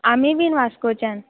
आमी बीन वास्कोच्यान